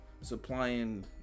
supplying